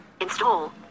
Install